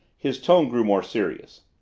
his tone grew more serious.